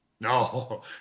No